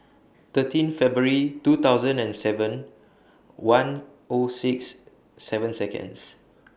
thirteen February two thousand and seven one O six seven Seconds